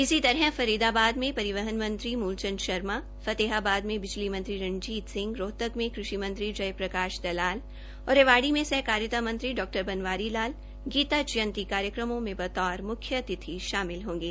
इसी तरह फरीदाबाद में परिवहन मंत्री मूल चंद शर्मा फतेहाबाद में बिजली मंत्री रणजीत सिंह रोहतक में कृषि मंत्री जय प्रकाश दलाल और रेवाड़ीमें सहकारिता डा बनवारी लाल गीता जयंती कार्यक्रमों मे बतौर मुख्य अतिथि शामिल होंगे